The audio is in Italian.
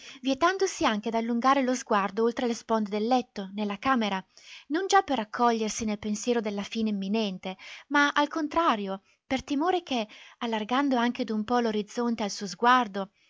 vietandosi anche d'allungare lo sguardo oltre le sponde del letto nella camera non già per raccogliersi nel pensiero della fine imminente ma al contrario per timore che allargando anche d'un po l'orizzonte al suo sguardo